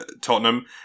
Tottenham